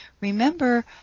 remember